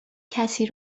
کسی